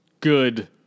Good